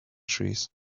trees